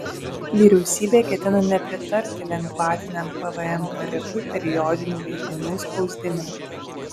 vyriausybė ketina nepritarti lengvatiniam pvm tarifui periodinių leidinių spausdinimui